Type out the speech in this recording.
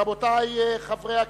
רבותי חברי הכנסת,